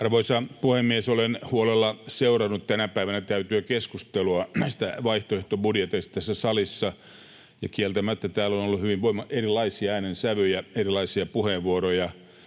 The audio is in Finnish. Arvoisa puhemies! Olen huolella seurannut tänä päivänä käytyä keskustelua näistä vaihtoehtobudjeteista tässä salissa, ja kieltämättä täällä on ollut hyvin erilaisia äänensävyjä, erilaisia puheenvuoroja,